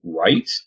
right